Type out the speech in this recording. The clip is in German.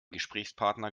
gesprächspartner